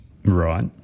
Right